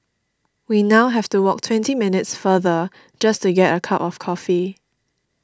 we now have to walk twenty minutes farther just to get a cup of coffee